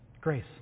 Grace